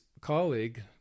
colleague